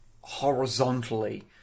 horizontally